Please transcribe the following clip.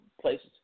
places